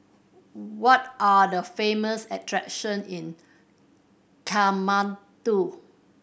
what are the famous attraction in Kathmandu